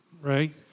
right